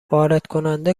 واردکننده